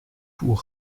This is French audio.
vous